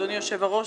אדוני יושב-הראש,